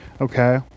Okay